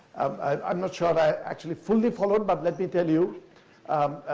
i'm not sure that i actually fully followed, but let me tell you,